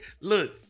Look